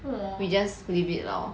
we just leave it lor